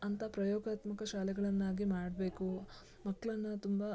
ಅಂತ ಪ್ರಯೋಗಾತ್ಮಕ ಶಾಲೆಗಳನ್ನಾಗಿ ಮಾಡಬೇಕು ಮಕ್ಕಳನ್ನ ತುಂಬ